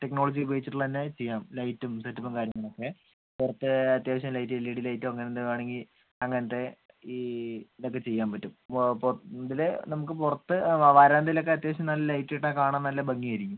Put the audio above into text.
technology ഉപയോഗിച്ചിട്ടുള്ള തന്നെ ചെയ്യാം ലൈറ്റും സെറ്റപ്പും കാര്യങ്ങളുമൊക്കെ പുറത്ത് അത്യാവശ്യം ലൈറ്റ് എൽ ഇ ഡി ലൈറ്റോ അങ്ങനെ എന്തേലും വേണമെങ്കിൽ അങ്ങൻത്തെ ഈ ഇതൊക്കെ ചെയ്യാൻ പറ്റും വാ അപ്പോൾ ഇതില് നമുക്ക് പുറത്ത് വ വരാന്തയിലൊക്കെ അത്യാവശ്യം നല്ല ലൈറ്റിട്ടാൽ കാണാൻ നല്ല ഭംഗി ആയിരിക്കും